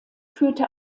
führte